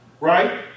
right